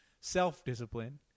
Self-discipline